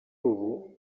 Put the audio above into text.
ubu